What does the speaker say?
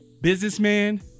businessman